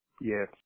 Yes